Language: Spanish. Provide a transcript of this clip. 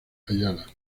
ayala